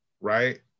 right